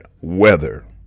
weather